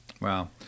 Wow